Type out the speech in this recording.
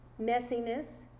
messiness